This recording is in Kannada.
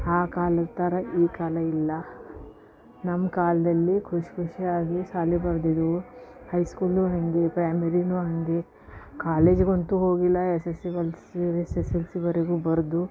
ಆ ಕಾಲದ ಥರ ಈ ಕಾಲ ಇಲ್ಲ ನಮ್ಮ ಕಾಲದಲ್ಲಿ ಖುಷಿಖುಷಿಯಾಗಿ ಶಾಲೆಗೆ ಬರೆದಿದ್ದೆವು ಹೈ ಸ್ಕೂಲು ಹಾಗೆ ಪ್ರೈಮರಿನು ಹಾಗೆ ಕಾಲೇಜಿಗಂತು ಹೋಗಿಲ್ಲ ಎಸಸಿಎಲ್ಸಿ ಎಸಸೆಲ್ಸಿ ವರೆಗು ಬರೆದು